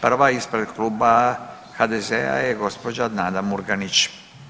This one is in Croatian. Prva ispred kluba HDZ-a je gospođa Nada Murganić.